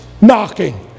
knocking